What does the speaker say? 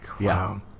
Wow